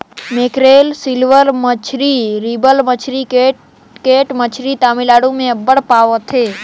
mackerel, silver मछरी, ribbon मछरी, cat मछरी तमिलनाडु में अब्बड़ पवाथे